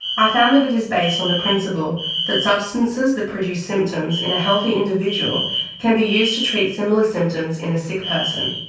i found that it is based on the principle that substances that produce symptoms in a healthy individual can be used to treat similar symptoms in a sick person.